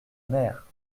mère